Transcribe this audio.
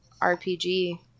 RPG